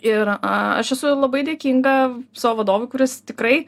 ir aš esu labai dėkinga savo vadovui kuris tikrai